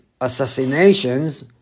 assassinations